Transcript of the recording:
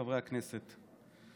חברי הכנסת,